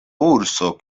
urso